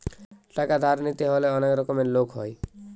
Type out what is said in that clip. টাকা ধার নিতে হলে অনেক রকমের লোক হয়